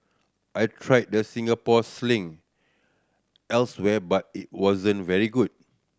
I tried the Singapore Sling elsewhere but it wasn't very good